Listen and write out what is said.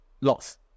Lots